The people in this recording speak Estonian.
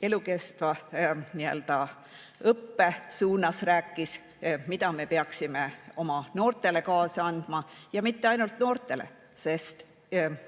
elukestva õppe suuna puhul rääkis, et mida me peaksime oma noortele kaasa andma. Ja mitte ainult noortele, sest